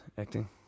acting